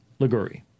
Liguri